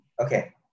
Okay